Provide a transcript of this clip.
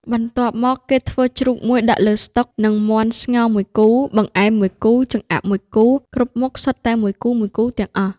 បន្ទាប់មកគេធ្វើជ្រូក១ ដាក់លើស្តុក និងមាន់ស្ងោរ ១គូ បង្អែម ១គូ ចម្អាប ១គូ គ្រប់មុខសុទ្ធតែមួយគូៗទាំងអស់ ។